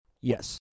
Yes